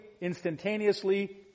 instantaneously